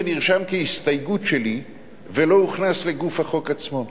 זה נרשם כהסתייגות שלי ולא הוכנס לגוף החוק עצמו.